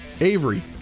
Avery